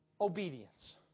obedience